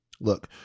Look